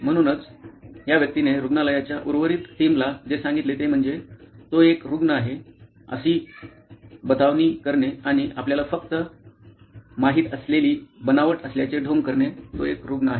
म्हणूनच या व्यक्तीने रुग्णालयाच्या उर्वरित टीमला जे सांगितले ते म्हणजे तो एक रुग्ण आहे अशी बतावणी करणे आणि आपल्याला फक्त माहित असलेली बनावट असल्याचे ढोंग करणे तो एक रुग्ण आहे